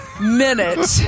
minute